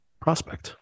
prospect